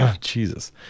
Jesus